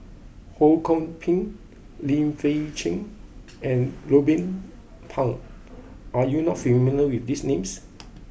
Ho Kwon Ping Lim Fei Shen and Ruben Pang are you not familiar with these names